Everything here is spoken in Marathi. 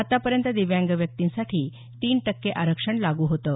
आतापर्यंत दिव्यांग व्यक्तींसाठी तीन टक्के आरक्षण लागू होतं